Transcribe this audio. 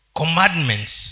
commandments